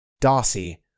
Darcy